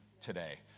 today